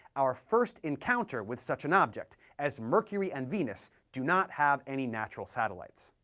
our first encounter with such an object, as mercury and venus do not have any natural satellites.